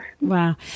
Wow